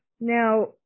Now